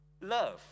love